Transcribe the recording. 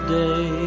day